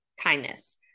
kindness